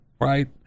right